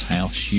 House